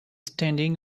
standing